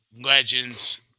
legends